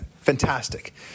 fantastic